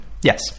Yes